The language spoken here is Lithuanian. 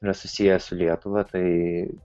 na susiję su lietuva tai